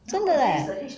真的 leh